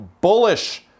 bullish